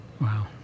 Wow